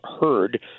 heard